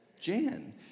Jan